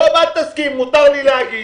טוב, אל תסכים, מותר לי להגיד.